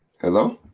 hello?